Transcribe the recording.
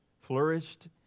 flourished